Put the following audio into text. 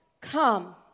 come